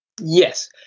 Yes